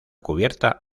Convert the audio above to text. cubierta